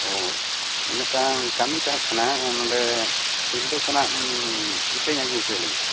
ᱚ ᱢᱤᱫ ᱴᱟᱝ ᱠᱟᱹᱢᱤ ᱛᱟᱸᱦᱮ ᱠᱟᱱᱟ ᱱᱚᱰᱮ ᱥᱤᱞᱫᱟᱹ ᱠᱷᱚᱱᱟᱜ ᱤᱴᱟᱹᱧ ᱟᱹᱜᱩᱚᱪᱚᱭ ᱞᱟᱹᱜᱤᱫ